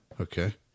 Okay